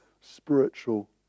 spiritual